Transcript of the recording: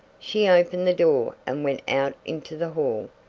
she opened the door, and went out into the hall,